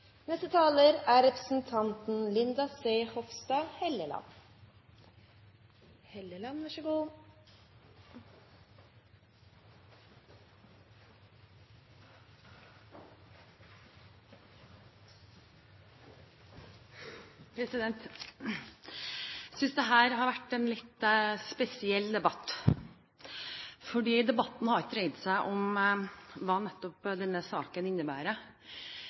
synes dette har vært en litt spesiell debatt, fordi debatten har ikke dreid seg om hva denne saken innebærer.